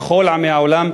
ככל עמי העולם,